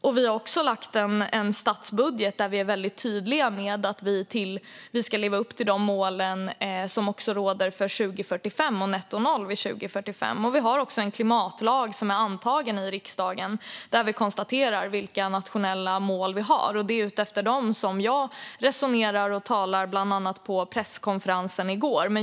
Regeringen har lagt en statsbudget där vi är väldigt tydliga med att Sverige ska leva upp till de mål som gäller för 2045 och netto noll vid 2045. Klimatlagen är antagen i riksdagen, och där konstateras vilka nationella mål som gäller. Det är utefter dem som jag resonerar och talar, bland annat på presskonferensen i går.